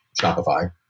Shopify